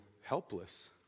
helpless